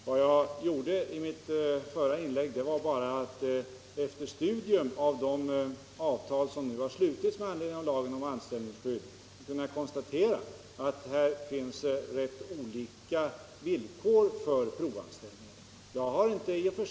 Vad jag gjorde i mitt förra inlägg var bara att efter studium av de avtal som nu har slutits med anledning av lagen om anställningsskydd konstatera, att här finns rätt olika villkor för provanställningen.